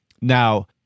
now